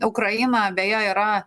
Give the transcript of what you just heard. ukraina beje yra